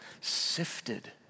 sifted